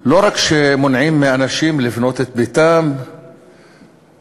לא רק שמונעים מאנשים לבנות את ביתם בעירם,